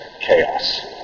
chaos